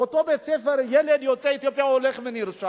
באותו בית-ספר, ילד יוצא אתיופיה נרשם,